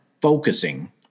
focusing